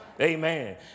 amen